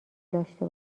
داشته